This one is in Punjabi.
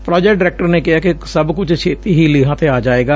ਪ੍ਾਜੈਕਟ ਡਾਇਰੈਕਟਰ ਨੇ ਕਿਹੈ ਕਿ ਸਭ ਕੁਝ ਛੇਤੀ ਹੀ ਲੀਹਾਂ ਤੇ ਆ ਜਾਏਗਾ